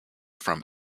from